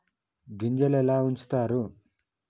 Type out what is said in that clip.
గింజలు ఎలా ఉంచుతారు?